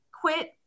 quit